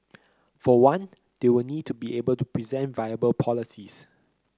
for one they will need to be able to present viable policies